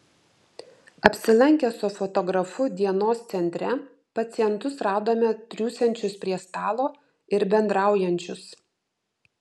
apsilankę su fotografu dienos centre pacientus radome triūsiančius prie stalo ir bendraujančius